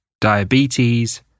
diabetes